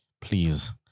Please